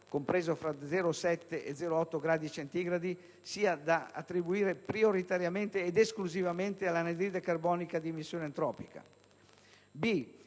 (compreso fra 0,7 e 0,8 gradi centigradi) sia da attribuire prioritariamente ed esclusivamente all'anidride carbonica di emissione antropica. In